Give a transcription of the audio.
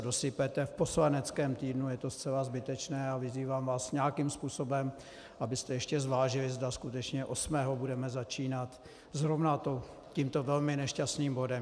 V poslaneckém týdnu je to zcela zbytečné a vyzývám vás nějakým způsobem, abyste ještě zvážili, zda skutečně osmého budeme začínat zrovna tímto velmi nešťastným bodem.